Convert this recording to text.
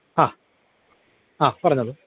ആ ആ പറഞ്ഞോളു